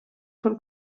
von